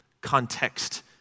Context